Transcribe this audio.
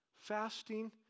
fasting